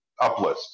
uplist